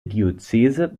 diözese